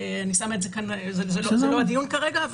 זה לא הדיון כרגע,